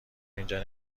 اینجا